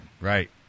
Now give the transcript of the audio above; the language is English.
Right